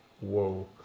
whoa